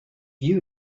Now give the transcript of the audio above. you